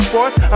Force